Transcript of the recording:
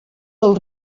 del